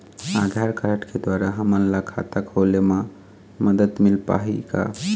आधार card के द्वारा हमन ला खाता खोले म मदद मिल पाही का?